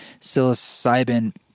Psilocybin